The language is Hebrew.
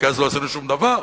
כי אז לא עשינו שום דבר.